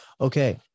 okay